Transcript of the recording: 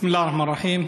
בסם אללה א-רחמאן א-רחים.